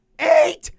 Eight